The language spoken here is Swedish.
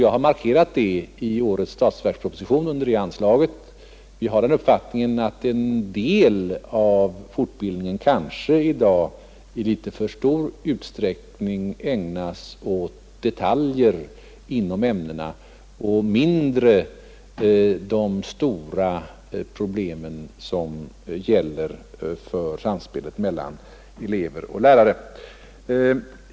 Jag har under tillämpligt anslag i årets statsverksproposition också markerat att en del av fortbildningen i dag kanske i något för stor utsträckning ägnas åt detaljer inom ämnena och mindre åt de stora problem som förekommer i samspelet mellan elver och lärare.